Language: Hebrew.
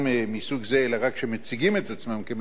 אלא רק שמציגים את עצמם כמטפלים נפשיים,